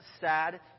sad